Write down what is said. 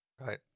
Right